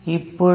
இப்பொழுது